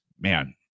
man